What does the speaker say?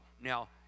Now